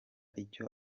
icyo